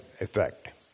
effect